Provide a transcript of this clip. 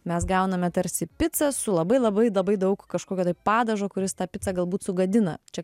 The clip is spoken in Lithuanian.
mes gauname tarsi picą su labai labai labai daug kažkokio tai padažo kuris tą picą galbūt sugadina čia